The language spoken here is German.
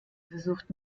versucht